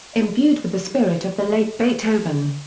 imbued with the spirit of the late beethoven.